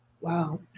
Wow